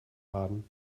baden